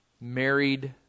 married